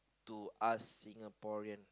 to us Singaporean